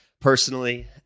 personally